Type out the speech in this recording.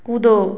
कूदो